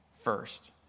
first